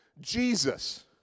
Jesus